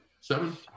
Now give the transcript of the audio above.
Seven